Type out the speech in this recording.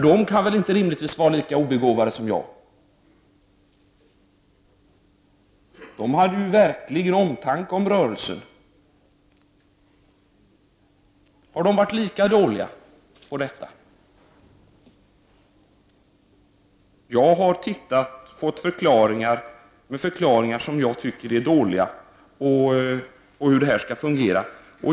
De kan väl inte rimligtvis vara lika obegåvade som jag? De har ju verkligen omtanke om rörelsen. Har de varit lika dåliga på detta? Jag har fått förklaringar, som jag tycker är dåliga, på hur det här skall fungera.